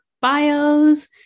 bios